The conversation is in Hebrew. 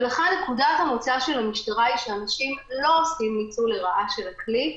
ולכן נקודת המוצא של המשטרה היא שאנשים לא עושים ניצול לרעה של הכלי.